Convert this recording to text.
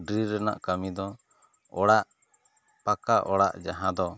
drill ᱨᱮᱱᱟᱜ ᱠᱟᱹᱢᱤ ᱫᱚ ᱚᱲᱟᱜ ᱯᱟᱠᱠᱟ ᱚᱲᱟᱜ ᱡᱟᱦᱟᱸ ᱫᱚ